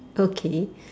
okay